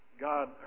God